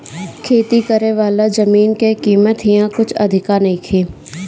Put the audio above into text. खेती करेवाला जमीन के कीमत इहा कुछ अधिका नइखे